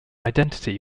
identity